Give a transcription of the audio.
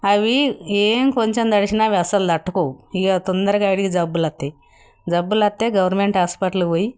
అవి ఏం కొంచెం తడిసినా అవి అసలు తట్టుకోవు ఇగ తొందరకాడికి జబ్బులు వస్తాయి జబ్బులు వస్తే గవర్నమెంట్ హాస్పిటల్కి పోయి